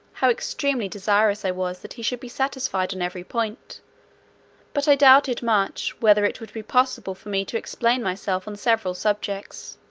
how extremely desirous i was that he should be satisfied on every point but i doubted much, whether it would be possible for me to explain myself on several subjects,